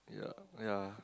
ya ya